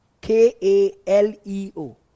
K-A-L-E-O